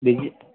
બીજી